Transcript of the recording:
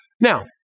Now